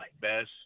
best